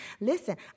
listen